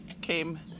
came